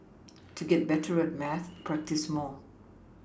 to get better at maths practise more